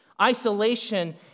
Isolation